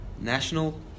National